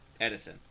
edison